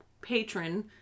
patron